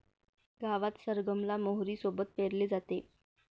गावात सरगम ला मोहरी सोबत पेरले जाते